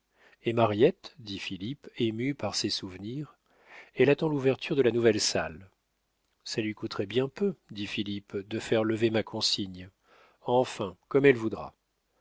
et mariette dit philippe ému par ses souvenirs elle attend l'ouverture de la nouvelle salle ça lui coûterait bien peu dit philippe de faire lever ma consigne enfin comme elle voudra